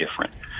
different